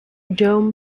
dome